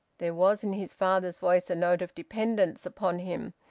there was in his father's voice a note of dependence upon him,